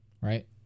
right